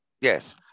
Yes